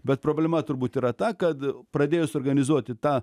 bet problema turbūt yra ta kad pradėjus organizuoti tą